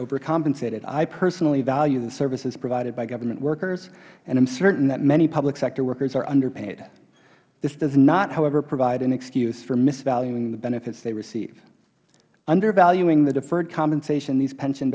overcompensated i personally value services provided by government workers and am certain that many public sector workers are underpaid this does not however provide an excuse for misvaluing the benefits they receive undervaluing the deferred compensation these pension